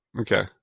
Okay